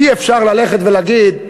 אי-אפשר ללכת ולהגיד,